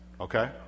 okay